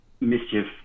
mischief